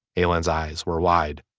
ellen's eyes were wide.